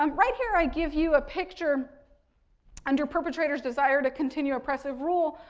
um right here, i give you a picture under perpetrator's desire to continue oppressive rule.